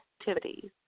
activities